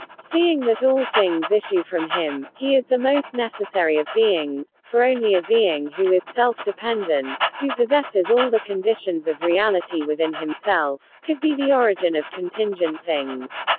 seeing that all things issue from him, he is the most necessary of beings, for only a being who is self-dependent, who possesses all the conditions of reality within himself, could be the origin of contingent things.